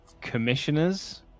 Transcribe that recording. commissioners